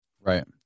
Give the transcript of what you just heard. Right